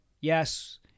Yes